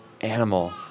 animal